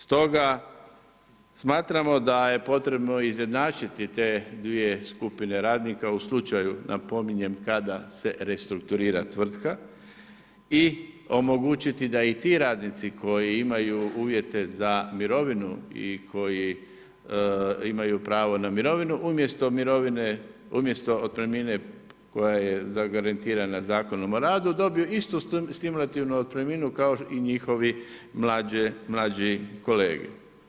Stoga smatramo da je potrebno izjednačiti te dvije skupine radnika u slučaju napominjem, kada se restrukturira tvrtka i omogućiti da i ti radnici koji imaju uvjete za mirovinu i koji imaju pravo na mirovinu, umjesto mirovine, umjesto otpremnine koja je zagarantirana Zakonom o radu dobiju istu stimulativnu otpremninu kao i njihovi mlađi kolege.